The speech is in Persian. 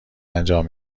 انجام